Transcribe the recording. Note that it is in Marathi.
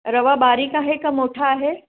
रवा बारीक आहे का मोठा आहे